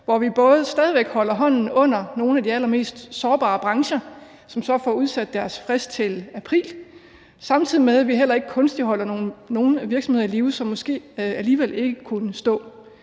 hvor vi stadig væk holder hånden under nogle af de allermest sårbare brancher, som får udsat deres frist til april, samtidig med at vi ikke kunstigt holder nogle virksomheder i live, som måske alligevel ikke kunne stå.